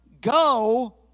Go